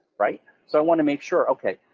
right? so i want to make sure, okay,